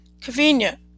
Convenient